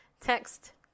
text